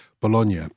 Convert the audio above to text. Bologna